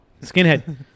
skinhead